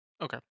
Okay